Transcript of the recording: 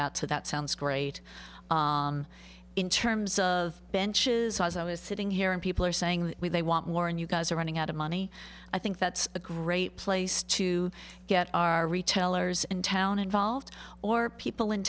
that so that sounds great in terms of benches i was sitting here and people are saying they want more and you guys are running out of money i think that's a great place to get our retailers in town involved or people in